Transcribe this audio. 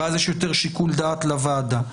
ואז יש יותר שיקול דעת לוועדה.